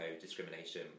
discrimination